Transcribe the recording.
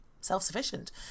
self-sufficient